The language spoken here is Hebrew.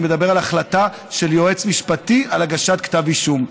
אני מדבר על החלטה של יועץ משפטי על הגשת כתב אישום.